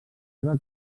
seva